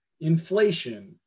Inflation